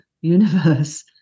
universe